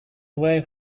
away